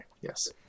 Yes